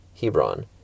Hebron